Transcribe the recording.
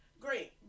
Great